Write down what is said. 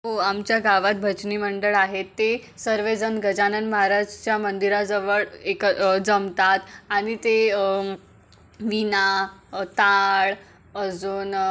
हो आमच्या गावात भजनी मंडळ आहे ते सर्वजण गजानन महाराजच्या मंदिराजवळ एक जमतात आणि ते विणा टाळ अजून